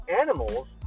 animals